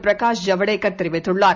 பிரகாஷ் ஜவடேகர் தெரிவித்துள்ளார்